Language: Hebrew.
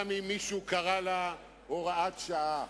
גם אם מישהו קרא לה הוראת שעה.